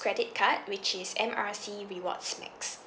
credit card which is M R C rewards max